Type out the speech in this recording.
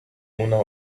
owner